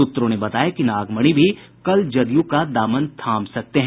सूत्रों ने बताया कि नागमणि भी कल जदयू का दामन थाम सकते हैं